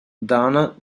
dana